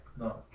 No